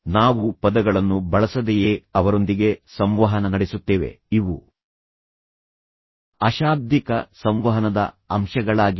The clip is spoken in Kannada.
ನಾವು ಪದಗಳನ್ನು ಬಳಸದೆಯೇ ಅವರೊಂದಿಗೆ ಸಂವಹನ ನಡೆಸುತ್ತೇವೆ ಇವು ಅಶಾಬ್ದಿಕ ಸಂವಹನದ ಅಂಶಗಳಾಗಿವೆ